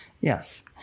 Yes